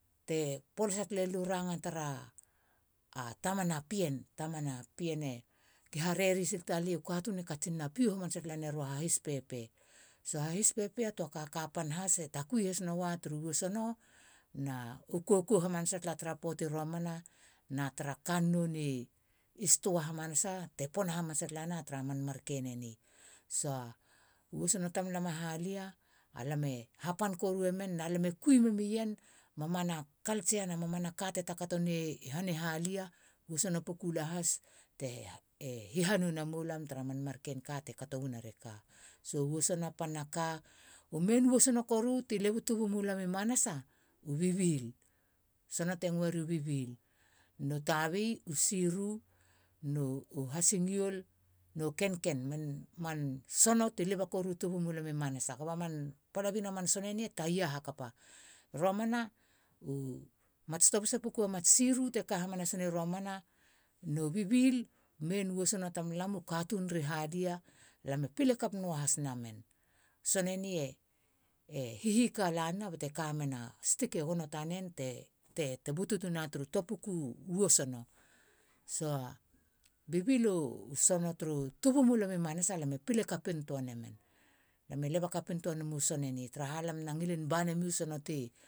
Te polasa talelu ranga tara tamana pien. tamana pien gi hareri sil talei u katun e katsin na pio hamanasa tala rua hahis pepe. so hahis tua ka. ka pan hase takui ha nua tara wisono na u koko hamanasa tara puati romana na tra kannou ni stua hamanasa te pona hamanasa tala na tara manken enisa. wisono tamlam a halia a lame hapan koru emen na lame kui mumien mamana culture. na maamana kate kato ni han i halia wisono puku laa has te e hihanou namo lam tra manken ka te kate wana reka. so wisono pan naka. u main wisono koru tilebu tubumulam manasa u bibil. sono te ngueriu bibil nu tabi u siru nu u hasingiol nu ken- ken. nonei man sono ti leba koru tubumulam i manasa koba man palabi na man sono ni e taia hakapa. Romana. u mats topisa puku mats siru te ka hamanasa ni romana nu bibil main wisono tamlam u katun ri halia la e pile kap nua has namen. sone ni e hihi kalana ba te kamena stik e gono tanen te. butuna turu tua puku wesono sa. bibil u sono tru tubumulam i manasa lame pile kapintoa namen. lam e leba kapintoa namu sono eni tra lam na ngilin ban namu so ti.